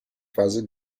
fase